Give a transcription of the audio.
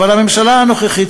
אבל הממשלה הנוכחית,